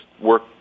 work